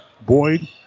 Boyd